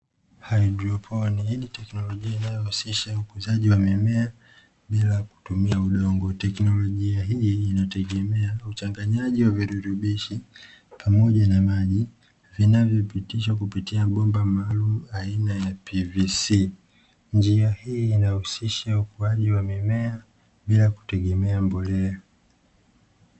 Haidroponiki ni teknolojia maalumu inayotumika katika ukuzaji wa mimea bila kutumia udongo teknologia hii inategemea uchanganyaji wa virutubisho pamoja na maji vinavyopitisha kupitia bomba maalumu aina ya pvc njia hii inahusisha ukuaji wa mimea bila kutegemea mbolea.